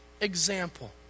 example